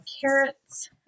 carrots